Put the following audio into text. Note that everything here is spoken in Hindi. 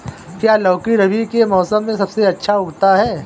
क्या लौकी रबी के मौसम में सबसे अच्छा उगता है?